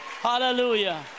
Hallelujah